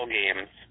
games